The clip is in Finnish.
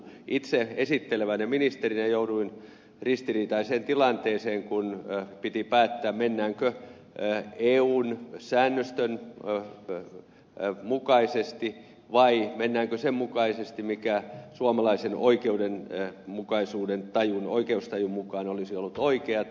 itse esittelevänä ministerinä jouduin ristiriitaiseen tilanteeseen kun piti päättää mennäänkö eun säännöstön mukaisesti vai mennäänkö sen mukaisesti mikä suomalaisen oikeudenmukaisuuden oikeustajun mukaan olisi ollut oikeata